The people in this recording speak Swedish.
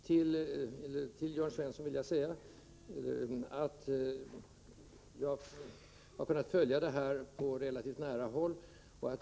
Till Jörn Svensson vill jag säga att jag har kunnat följa utvecklingen i detta sammanhang på relativt nära håll.